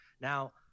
Now